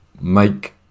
make